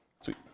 Sweet